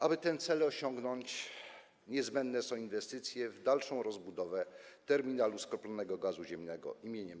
Aby ten cel osiągnąć, niezbędne są inwestycje w dalszą rozbudowę terminalu skroplonego gazu ziemnego im.